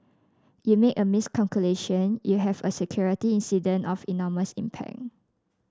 you make a miscalculation you have a security incident of enormous impact